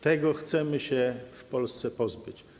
Tego chcemy się w Polsce pozbyć.